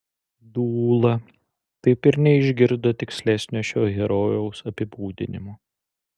dūla taip ir neišgirdo tikslesnio šio herojaus apibūdinimo